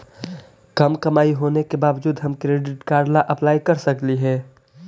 कम कमाई होने के बाबजूद हम क्रेडिट कार्ड ला अप्लाई कर सकली हे?